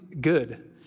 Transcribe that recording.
good